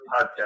podcast